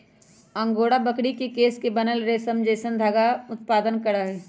angora बकरी के केश से बनल रेशम जैसन धागा उत्पादन करहइ